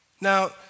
Now